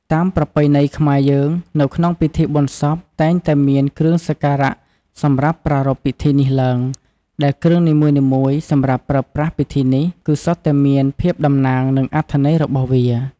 តាមប្រពៃណីខ្មែរយើង នៅក្នុងពិធីបុណ្យសពតែងតែមានគ្រឿងសក្ការៈសម្រាប់ប្រារព្ធពិធីនេះឡើង ដែលគ្រឿងនីមួយៗសម្រាប់ប្រើប្រាស់ពិធីនេះ គឺសុទ្ធតែមានភាពតំណាងនិងអត្ថន័យរបស់វា។